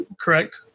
Correct